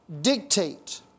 dictate